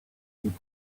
beach